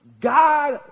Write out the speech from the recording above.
God